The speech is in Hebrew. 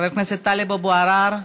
חבר הכנסת טלב אבו עראר,